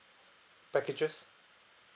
packages